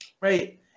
Right